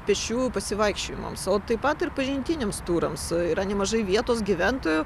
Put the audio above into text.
pėsčiųjų pasivaikščiojimams o taip pat ir pažintiniams turams yra nemažai vietos gyventojų